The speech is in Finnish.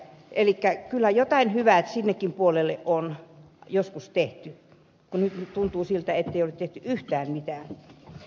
elikkä kyllä jotain hyvää sinnekin puolelle on joskus tehty kun nyt tuntuu siltä ettei ole tehty yhtään mitään